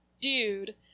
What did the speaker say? dude